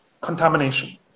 contamination